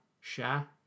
share